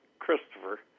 Christopher